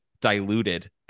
diluted